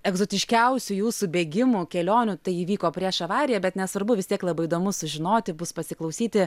egzotiškiausių jūsų bėgimų kelionių tai įvyko prieš avariją bet nesvarbu vis tiek labai įdomu sužinoti bus pasiklausyti